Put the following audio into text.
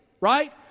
Right